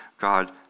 God